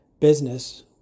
business